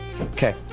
Okay